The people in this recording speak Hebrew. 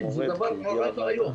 זה דבר נורא ואיום.